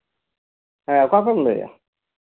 ᱦᱮᱸ ᱚᱠᱟ ᱠᱷᱚᱡ ᱮᱢ ᱞᱟᱹᱭᱮᱜᱼᱟ